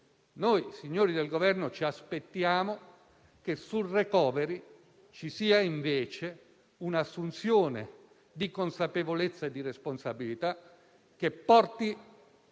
Noi, signori del Governo, ci aspettiamo che sul *recovery* ci sia invece un'assunzione di consapevolezza e responsabilità che porti